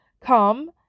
come